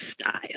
style